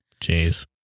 Jeez